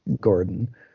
Gordon